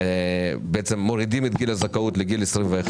בעצם מורידים את גיל הזכאות לגיל 21